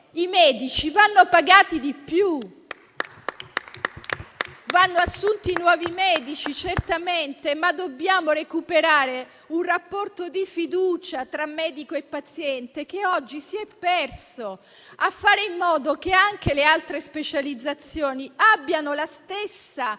i medici vanno pagati di più. Vanno assunti nuovi medici, certamente, ma dobbiamo recuperare un rapporto di fiducia tra medico e paziente che oggi si è perso e fare in modo che anche le altre specializzazioni abbiano la stessa empatia